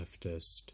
leftist